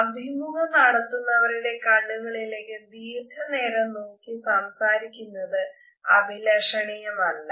അഭിമുഖം നടത്തുന്നവരുടെ കണ്ണുകളിലേക്ക് ദീർഘനേരം നോക്കി സംസാരിക്കുന്നത് അഭിലഷണീയമല്ല